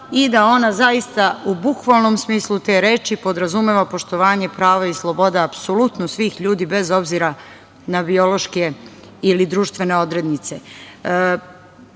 i da ona zaista u bukvalnom smislu te reči podrazumeva poštovanje prava i sloboda, apsolutno svih ljudi, bez obzira na biološke ili društvene odrednice. Ovim